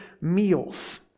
meals